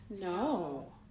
No